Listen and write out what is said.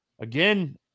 Again